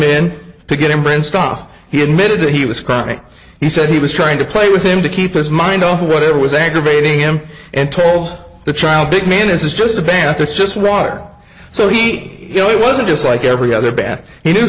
in to get him brain stuff he admitted that he was crying he said he was trying to play with him to keep his mind off what it was aggravating him and told the child big man this is just a bath it's just water so he you know it wasn't just like every other bath he knew